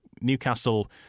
Newcastle